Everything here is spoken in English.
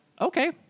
Okay